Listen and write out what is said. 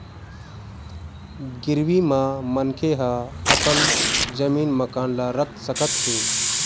गिरवी म मनखे ह अपन जमीन, मकान ल रख सकत हे